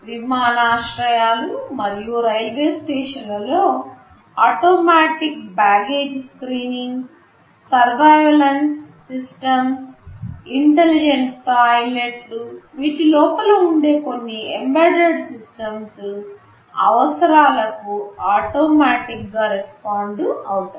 విమానాశ్రయాలు మరియు రైల్వే స్టేషన్లలో automatic baggage screening surveillance systems intelligent టాయిలెట్లు వీటి లోపల ఉండే కొన్ని ఎంబెడెడ్ సిస్టమ్స్ అవసరాలకు ఆటోమాటిక్ గా రెస్పాండ్ అవుతాయి